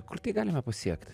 kur tai galime pasiekt